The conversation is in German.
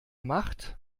macht